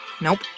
Nope